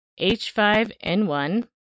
H5N1